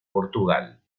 portugal